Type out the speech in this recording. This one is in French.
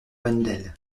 wendel